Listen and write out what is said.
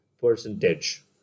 percentage